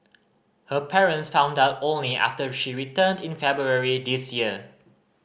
her parents found out only after she returned in February this year